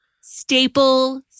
staple